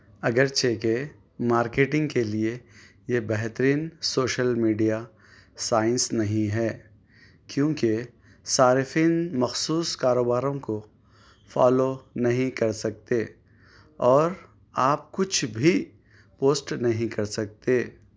اگرچہ کہ مارکیٹنگ کے لیے یہ بہترین سوشل میڈیا سائنس نہیں ہے کیونکہ صارفین مخصوص کاروباروں کو فولو نہیں کر سکتے اور آپ کچھ بھی پوسٹ نہیں کر سکتے